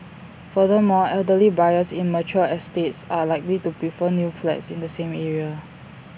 furthermore elderly buyers in mature estates are likely to prefer new flats in the same area